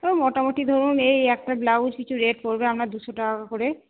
ওই মোটামোটি ধরুন এই একটা ব্লাউজ কিছু রেট পড়বে আপনার দুশো টাকা করে